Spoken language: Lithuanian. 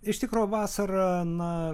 iš tikro vasara na